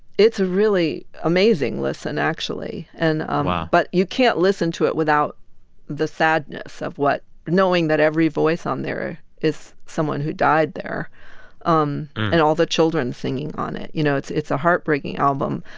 it's a really amazing listen, actually. and um ah but you can't listen to it without the sadness of what knowing that every voice on there is someone who died there um and all the children singing on it you know, it's it's a heartbreaking album.